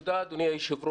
תודה, אדוני היושב-ראש.